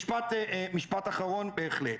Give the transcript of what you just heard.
משפט אחרון בהחלט.